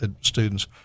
students